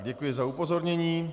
Děkuji za upozornění.